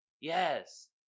Yes